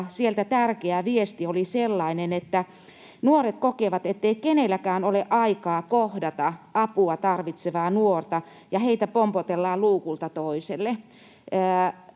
tärkeä viesti oli sellainen, että nuoret kokevat, ettei kenelläkään ole aikaa kohdata apua tarvitsevaa nuorta, ja heitä pompotellaan luukulta toiselle.